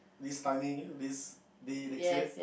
this timing this day next year